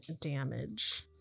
damage